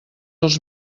els